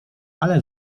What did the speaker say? ale